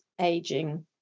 aging